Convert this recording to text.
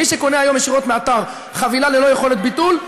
מי שקונה היום ישירות מהאתר חבילה ללא יכולת ביטול,